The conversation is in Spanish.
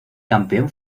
campeón